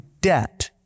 debt